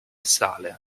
sale